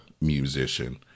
musician